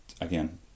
again